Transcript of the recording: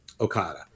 Okada